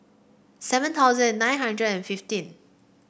seven thousand nine hundred and fifteen